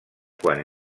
quan